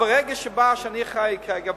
ברגע שאני אחראי כרגע,